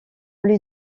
lui